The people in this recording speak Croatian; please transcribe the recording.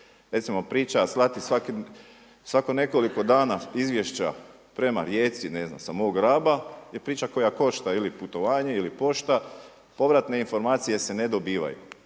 Recimo, priča slati svako nekoliko dana izvješća prema Rijeci, ne znam sa mog Raba je priča koja košta ili putovanje ili pošta. Povratne informacije se ne dobivaju.